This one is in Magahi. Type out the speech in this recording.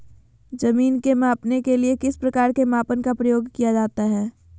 जमीन के मापने के लिए किस प्रकार के मापन का प्रयोग किया जाता है?